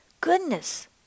Goodness